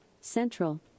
Central